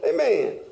Amen